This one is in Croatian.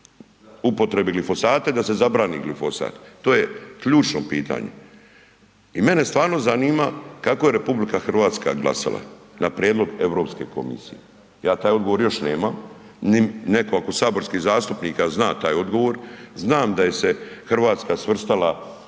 upotrebe glifosata i da se zabrani glifosat. To je ključno pitanje i mene stvarno zanima kako je RH glasala na prijedlog EU komisije. Ja taj odgovor još nemam ni neko, ako od saborskih zastupnika zna taj odgovor, znam da je se Hrvatska svrstala